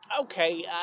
Okay